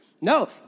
No